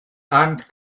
ant